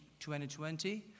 2020